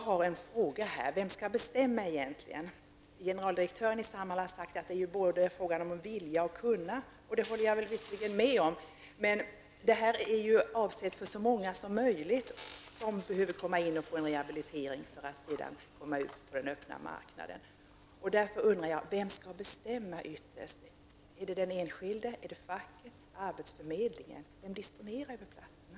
Vem skall egentligen bestämma? Generaldirektören i Samhall har sagt att det är fråga om att både vilja och kunna. Det håller jag visserligen med om, men denna verksamhet är ju avsedd för så många som möjligt som behöver få en rehabilitering för att sedan kunna komma ut på den öppna marknaden. Därför undrar jag: Vem skall ytterst bestämma? Är det den enskilde, är det facket eller är det arbetsförmedlingen som disponerar över platserna?